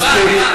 מספיק.